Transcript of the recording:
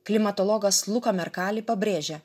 klimatologas luko merkali pabrėžia